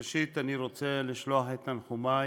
ראשית, אני רוצה לשלוח את תנחומי